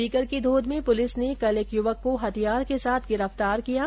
सीकर के धोद में पुलिस ने कल एक यूवक को हथियार के साथ गिरफ्तार किया है